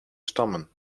stammen